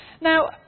Now